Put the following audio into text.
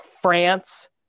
France